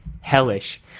hellish